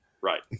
Right